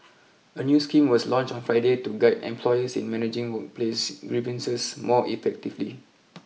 a new scheme was launched on Friday to guide employers in managing workplace grievances more effectively